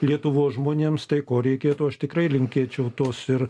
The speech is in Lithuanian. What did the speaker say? lietuvos žmonėms tai ko reikėtų aš tikrai linkėčiau tos ir